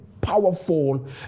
powerful